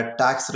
tax